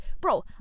bro